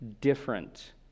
different